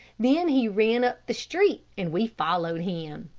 then he ran up the street and we followed him.